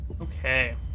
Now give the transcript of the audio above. Okay